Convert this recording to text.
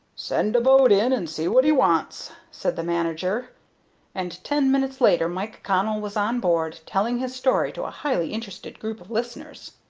send a boat in and see what he wants, said the manager and ten minutes later mike connell was on board, telling his story to a highly interested group of listeners.